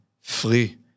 free